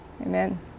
Amen